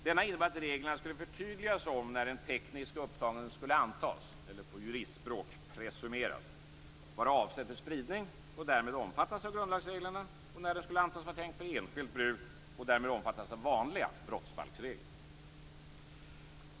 Denna innebar att reglerna skulle förtydligas om när en teknisk upptagning skulle antas, eller på juristspråk "presumeras", vara avsedd för spridning och därmed omfattas av grundlagsreglerna och när den skulle antas vara tänkt för enskilt bruk och därmed omfattas av vanliga brottsbalksregler.